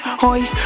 hoy